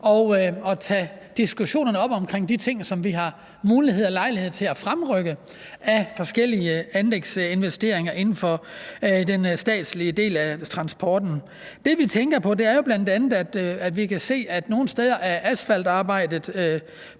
at tage diskussionerne op om de ting, som vi har mulighed for og lejlighed til at fremrykke, altså forskellige anlægsinvesteringer inden for den statslige del af transporten. Det, vi tænker på, er bl.a., at vi kan se, at asfaltarbejdet